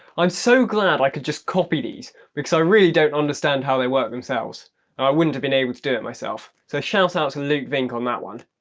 i'm so glad i could just copy these because i really don't understand how they work themselves i wouldn't have been able to do it myself so shout out to luke vink on that one!